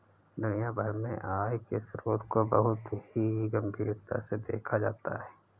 दुनिया भर में आय के स्रोतों को बहुत ही गम्भीरता से देखा जाता है